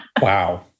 Wow